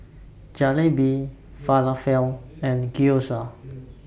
Jalebi Falafel and Gyoza